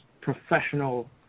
professional